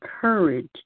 courage